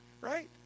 right